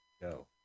go